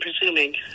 presuming